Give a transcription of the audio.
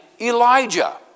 Elijah